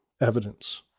evidence